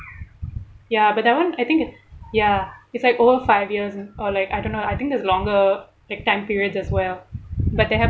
ya but that one I think it ya it's like over five years or like I don't know I think there's longer like time periods as well but they have